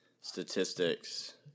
statistics